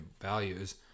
values